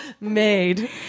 made